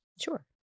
Sure